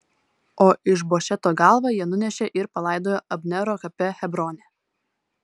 o išbošeto galvą jie nunešė ir palaidojo abnero kape hebrone